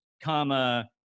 comma